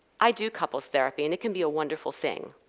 i do couples therapy, and it can be a wonderful thing.